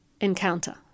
encounter